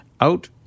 out